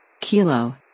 Kilo